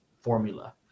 formula